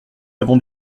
avons